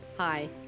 Hi